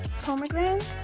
Pomegranate